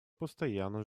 постоянно